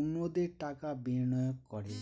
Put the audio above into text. অন্যদের টাকা বিনিয়োগ করে